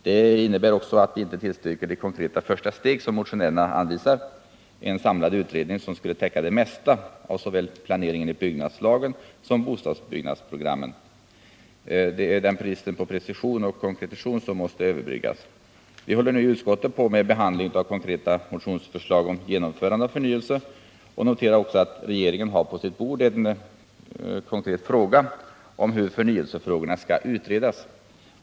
Det innebär också att vi inte tillstyrker det konkreta första steg som motionärerna anvisar: en samlad utredning som skulle täcka det mesta av såväl planering enligt byggnadslagen som bostadsbyggnadsprogrammen. Det är den bristen på precision och konkretion som måste överbryggas. Vi håller nu i utskottet på med behandling av konkreta motionsförslag om genomförande av förnyelse, och vi noterar också att regeringen har på sitt bord en konkret fråga om hur förnyelsefrågorna skall utredas.